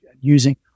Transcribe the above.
using